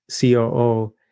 COO